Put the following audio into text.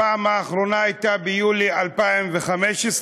הפעם האחרונה הייתה ביולי 2015,